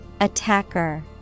Attacker